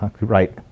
Right